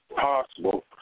possible